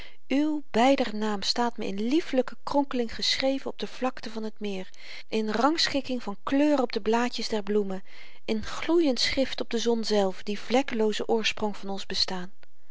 uw beider naam staat me in liefelyke kronkeling geschreven op de vlakte van t meer in rangschikking van kleur op de blaadjes der bloemen in gloeiend schrift op de zon zelve die vlekkelooze oorsprong van ons bestaan